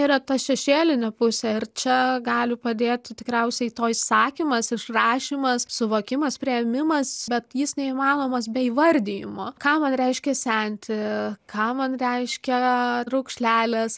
yra ta šešėlinė pusė ir čia gali padėti tikriausiai to išsakymas išrašymas suvokimas priėmimas bet jis neįmanomas be įvardijimo ką man reiškia senti ką man reiškia raukšlelės